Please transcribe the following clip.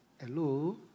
Hello